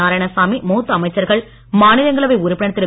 நாராயணசாமி மூத்த அமைச்சர்கள் மாநிலங்களவை உறுப்பினர் திரு